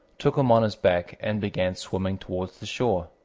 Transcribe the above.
took him on his back and began swimming towards the shore.